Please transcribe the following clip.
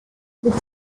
mit